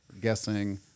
guessing